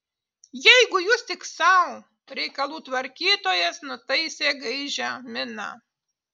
jeigu jūs tik sau reikalų tvarkytojas nutaisė gaižią miną